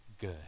good